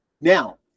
Now